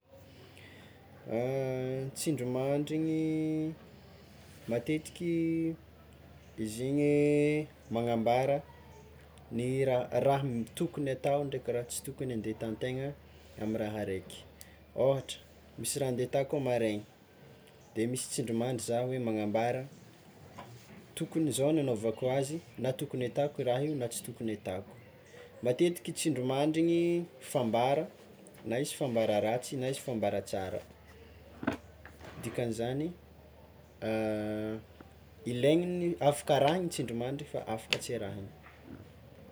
Tsindrimandry igny, matetiky izy igny magnambara ny raha raha tokony atao ndraiky raha tsy tokony ande ataontegna amy raha raiky, ôhatra, misy raha nde atao koa amaraigny, de misy tsindrimandry za hoe magnambara tokony zao no anaovako azy na tokony ataoko raha igny na tsy tokony ataoko, matetiky tsindrimandry igny fambara na izy fambara ratsy na izy fambara tsara dikan'izany ilaigny, afaka arahana tsindrimandry fa afaka tsy arahana.